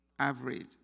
average